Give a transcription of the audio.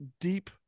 deep